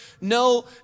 no